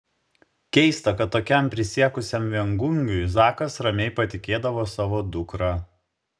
keista kad tokiam prisiekusiam viengungiui zakas ramiai patikėdavo savo dukrą